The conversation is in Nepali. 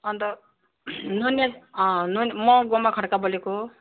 अन्त नुनिया नुन् म गोमा खँड्का बोलेको